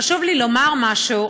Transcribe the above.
חשוב לי לומר משהו,